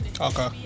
Okay